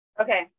Okay